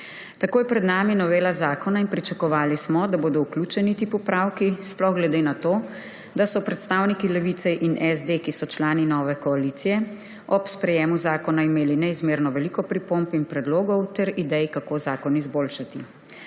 Tako je pred nami novela zakona in pričakovali smo, da bodo vključeni ti popravki, sploh glede na to, da so predstavniki Levice in SD, ki so člani nove koalicije, ob sprejetju zakona imeli neizmerno veliko pripomb in predlogov ter idej, kako zakon izboljšati.